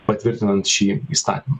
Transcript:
patvirtinant šį įstatymą